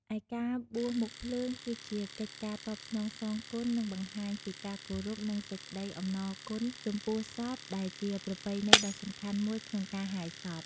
ឯការបួសមុខភ្លើង គឺជាកិច្ចការតបស្នងសងគុណ និងបង្ហាញពីការគោរព និងសេចក្តីអំណរគុណចំពោះសព ដែលជាប្រពៃណីដ៏សំខាន់មួយក្នុងការហែសព។